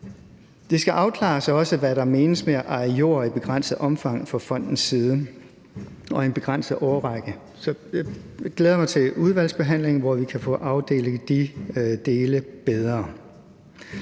Det skal også afklares, hvad der menes med at eje jord i begrænset omfang fra fondens side og i en begrænset årrække. Så jeg glæder mig til udvalgsbehandlingen, hvor vi kan få afdækket de dele bedre.